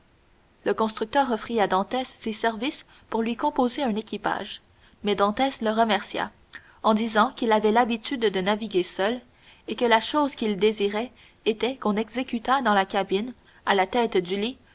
le constructeur offrit à dantès ses services pour lui composer un équipage mais dantès le remercia en disant qu'il avait l'habitude de naviguer seul et que la seule chose qu'il désirait était qu'on exécutât dans la cabine à la tête du lit